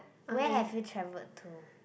where have you travelled to